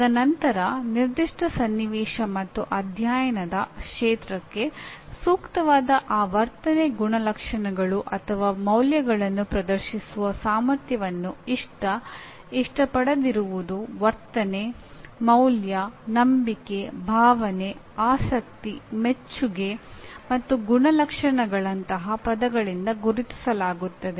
ತದನಂತರ ನಿರ್ದಿಷ್ಟ ಸನ್ನಿವೇಶ ಮತ್ತು ಅಧ್ಯಯನದ ಕ್ಷೇತ್ರಕ್ಕೆ ಸೂಕ್ತವಾದ ಆ ವರ್ತನೆ ಗುಣಲಕ್ಷಣಗಳು ಅಥವಾ ಮೌಲ್ಯಗಳನ್ನು ಪ್ರದರ್ಶಿಸುವ ಸಾಮರ್ಥ್ಯವನ್ನು ಇಷ್ಟ ಇಷ್ಟಪಡದಿರುವುದು ವರ್ತನೆ ಮೌಲ್ಯ ನಂಬಿಕೆ ಭಾವನೆ ಆಸಕ್ತಿ ಮೆಚ್ಚುಗೆ ಮತ್ತು ಗುಣಲಕ್ಷಣಗಳಂತಹ ಪದಗಳಿಂದ ಗುರುತಿಸಲಾಗುತ್ತದೆ